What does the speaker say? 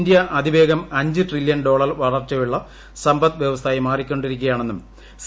India അതിവേഗം അഞ്ച് trillion dollar വളർച്ചയുള്ള സമ്പദ് വ്യവസ്ഥയായി മാറുകയാണെന്നും സി